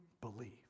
believe